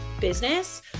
business